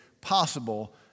possible